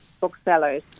booksellers